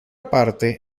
parte